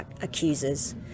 accusers